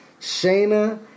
Shayna